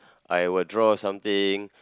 I will draw something